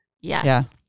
Yes